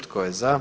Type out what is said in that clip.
Tko je za?